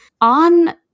On